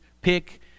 pick